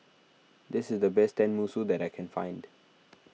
this is the best Tenmusu that I can find